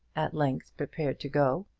at length prepared to go.